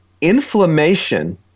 inflammation